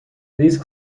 these